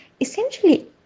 essentially